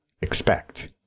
Expect